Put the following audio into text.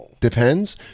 Depends